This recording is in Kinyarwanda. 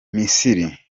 misiri